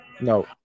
No